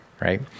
right